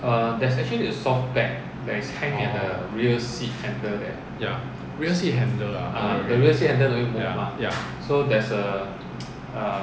orh ya rear seat handle ah ya ya